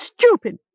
stupid